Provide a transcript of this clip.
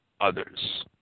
others